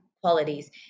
qualities